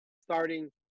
starting